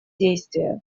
действия